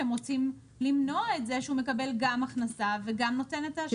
שהם רוצים למנוע את זה שהוא מקבל גם הכנסה וגם נותן את השירות.